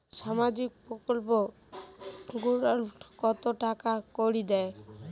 সামাজিক প্রকল্প গুলাট কত টাকা করি দেয়?